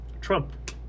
Trump